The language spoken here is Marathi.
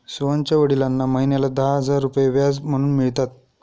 सोहनच्या वडिलांना महिन्याला दहा हजार रुपये व्याज म्हणून मिळतात